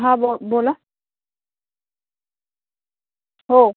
हा बो बोला हो